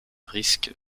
risques